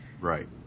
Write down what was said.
Right